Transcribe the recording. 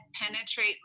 penetrate